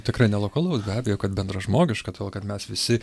tikrai ne lokalu be abejo kad bendražmogiška todėl kad mes visi